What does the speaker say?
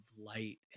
light